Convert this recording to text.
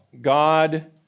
God